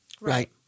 right